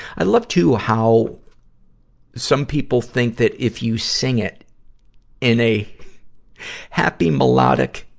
i love, too, how some people think that if you sing it in a happy, melodic,